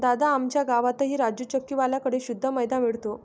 दादा, आमच्या गावातही राजू चक्की वाल्या कड़े शुद्ध मैदा मिळतो